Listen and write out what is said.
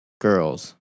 girls